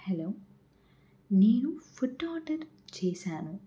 hello నేను food order చేసాను